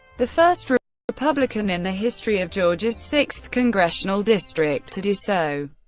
the first republican in the history of georgia's sixth congressional district to do so.